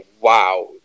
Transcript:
wow